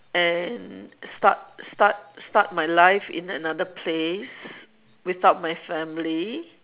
and start start start my life in another place without my family